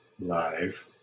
Live